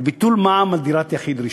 על ביטול מע"מ על דירת יחיד ראשונה.